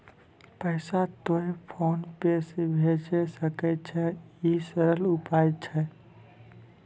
पैसा तोय PhonePe से भैजै सकै छौ? ई सरल उपाय छै?